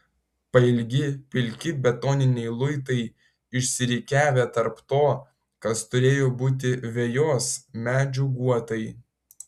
pailgi pilki betoniniai luitai išsirikiavę tarp to kas turėjo būti vejos medžių guotai